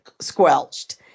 squelched